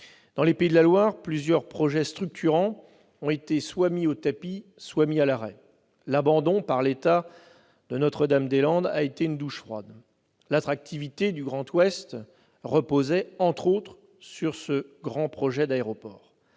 Dans les Pays de la Loire, plusieurs projets structurants ont été mis soit au tapis, soit à l'arrêt. L'abandon par l'État de l'aéroport de Notre-Dame-des-Landes a été une douche froide. L'attractivité du Grand Ouest reposait entre autres sur ce grand projet d'aéroport.